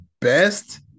best